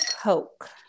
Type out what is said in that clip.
Coke